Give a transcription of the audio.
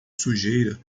sujeira